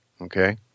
Okay